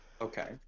Okay